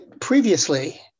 Previously